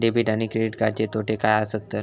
Debit आणि credit कार्डचे तोटे काय आसत तर?